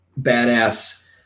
badass